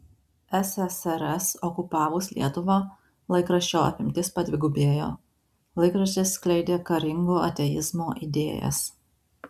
ssrs okupavus lietuvą laikraščio apimtis padvigubėjo laikraštis skleidė karingo ateizmo idėjas